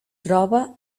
troba